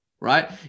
right